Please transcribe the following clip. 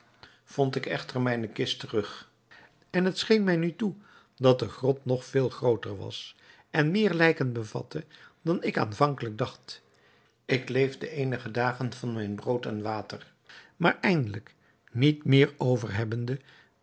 vond ik echter mijne kist terug en het scheen mij nu toe dat de grot nog veel grooter was en meer lijken bevatte dan ik aanvankelijk dacht ik leefde eenige dagen van mijn brood en water maar eindelijk niet meer over hebbende